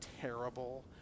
terrible